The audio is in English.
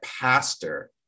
pastor